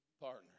partner